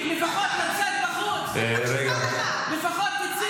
אם אתה נמצא בוועדת הזאת של גישור ופיוס,